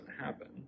happen